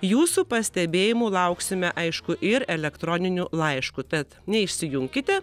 jūsų pastebėjimų lauksime aišku ir elektroniniu laišku tad neišsijunkite